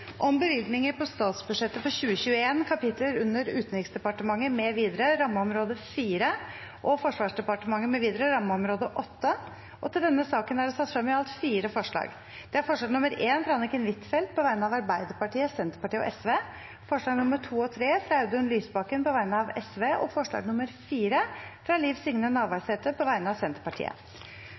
på dagens kart. Under debatten er det satt frem i alt fire forslag. Det er forslag nr. 1, fra Anniken Huitfeldt på vegne av Arbeiderpartiet, Senterpartiet og Sosialistisk Venstreparti forslagene nr. 2 og 3, fra Audun Lysbakken på vegne av Sosialistisk Venstreparti forslag nr. 4, fra Liv Signe Navarsete på vegne av Senterpartiet